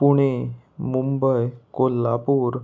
Pune Mumbai Kolhapur